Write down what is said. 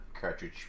Cartridge